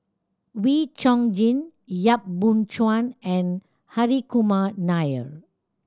Wee Chong Jin Yap Boon Chuan and Hri Kumar Nair